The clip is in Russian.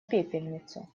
пепельницу